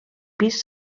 pis